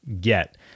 get